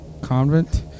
convent